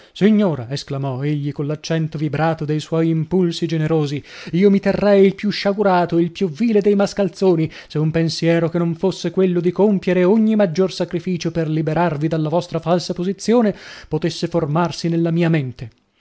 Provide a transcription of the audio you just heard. signora esclamò egli coll'accento vibrato dei suoi impulsi generosi io mi terrei il più sciagurato il più vile dei mascalzoni se un pensiero che non fosse quello di compiere ogni maggior sacrificio per liberarvi dalla vostra falsa posizione potesse formarsi nella mia mente